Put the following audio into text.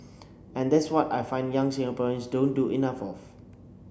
and that's what I find young Singaporeans don't do enough of